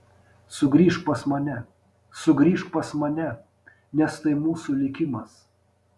sugrįžk pas mane sugrįžk pas mane nes tai mūsų likimas